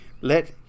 Let